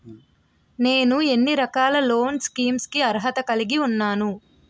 నేను ఎన్ని రకాల లోన్ స్కీమ్స్ కి అర్హత కలిగి ఉన్నాను?